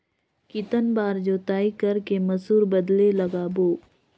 कितन बार जोताई कर के मसूर बदले लगाबो?